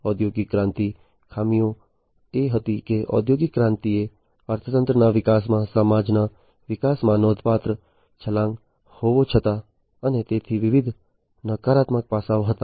ઔદ્યોગિક ક્રાંતિની ખામીઓ એ હતી કે ઔદ્યોગિક ક્રાંતિ એ અર્થતંત્રના વિકાસમાં સમાજના વિકાસમાં નોંધપાત્ર છલાંગ હોવા છતાં અને તેથી વિવિધ નકારાત્મક પાસાઓ હતા